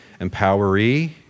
Empoweree